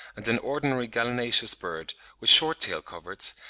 and an ordinary gallinaceous bird with short tail-coverts,